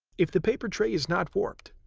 if the paper tray is not warped,